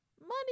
money